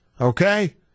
okay